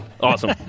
Awesome